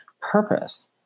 purpose